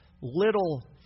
little